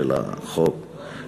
של החוק,